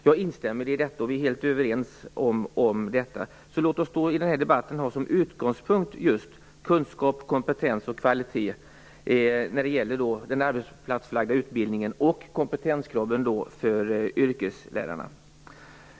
Jag instämmer i detta; vi är helt överens. Låt oss i denna debatt ha som utgångspunkt kunskap, kompetens och kvalitet när det gäller den arbetsplatsförlagda utbildningen och kompetenskraven för yrkeslärarna.